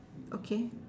okay